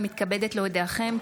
אני מתכבדת להודיעכם,